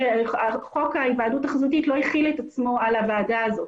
שחוק ההיוועדות החזותית לא החיל את עצמו על הוועדה הזאת